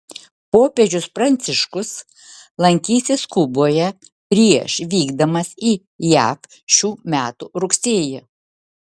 popiežius pranciškus lankysis kuboje prieš vykdamas į jav šių metų rugsėjį